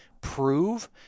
prove